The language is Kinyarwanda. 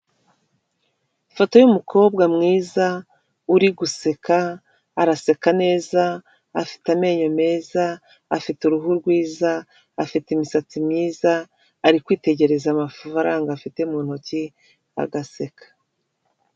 Ifoto yumukobwa mwiza uri guseka, araseka neza afite amenyo meza, afite uruhu rwiza, afite imisatsi myiza ari kwitegereza amafaranga afite mu ntoki agaseka.